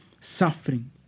suffering